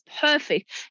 perfect